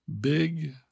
big